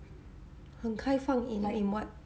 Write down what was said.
很开放 in like in what